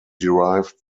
derived